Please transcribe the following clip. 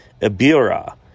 Ibira